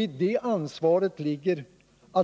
I det ansvaret ligger